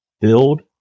Build